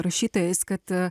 rašytojais kad